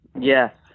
Yes